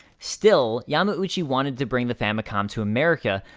still, yamauchi wanted to bring the famicom to america,